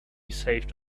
saved